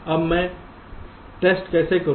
अब मैं टेस्ट कैसे करूं